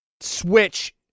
Switch